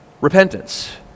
repentance